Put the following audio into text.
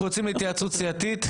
אנחנו יוצאים להתייעצות סיעתית,